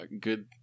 good